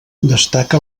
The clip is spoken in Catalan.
destaca